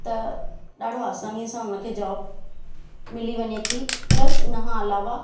त ॾाढो आसानीअ सां उनखे जॉब मिली वञे थी प्लस हिनखां अलावा